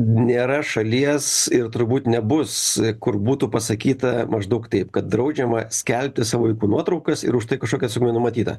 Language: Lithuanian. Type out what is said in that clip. nėra šalies ir turbūt nebus kur būtų pasakyta maždaug taip kad draudžiama skelbti savo vaikų nuotraukas ir už tai kažkokia atsakomybė numatyta